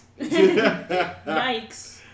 Yikes